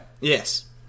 Yes